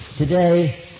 Today